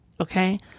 Okay